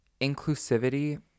Inclusivity